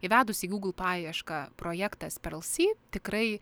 įvedus į gūgl paiešką projektas perlsi tikrai